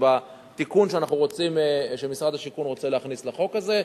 ובתיקון שמשרד השיכון רוצה להכניס לחוק הזה,